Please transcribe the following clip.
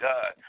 God